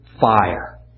fire